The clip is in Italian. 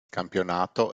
campionato